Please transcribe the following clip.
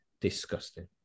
Disgusting